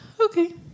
Okay